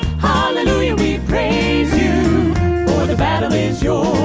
hallelujah we praise you for the battle is yours